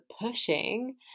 pushing